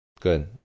Good